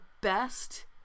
best